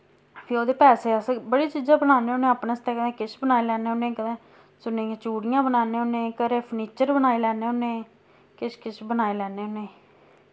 फ्ही ओह्दे पैसे अस बड़ी चीजें पर लाने होने अपने आस्तै कदे किश बनाई लैने होने कदैं सुन्ने दियां चूड़ियां बनाने होने घरे फनीचर बनाई लैने होने किश किश बनाई लैने होने